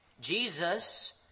Jesus